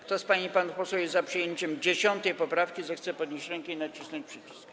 Kto z pań i panów posłów jest za przyjęciem 10. poprawki, zechce podnieść rękę i nacisnąć przycisk.